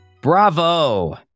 Bravo